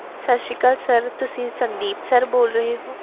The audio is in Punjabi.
ਸਤਿ ਸ਼੍ਰੀ ਅਕਾਲ ਸਰ ਤੁਸੀਂ ਸੰਦੀਪ ਸਰ ਬੋਲ ਰਹੇ ਹੋ